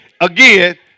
again